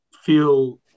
feel